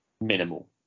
minimal